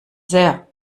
sehr